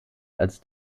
als